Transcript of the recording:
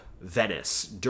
Venice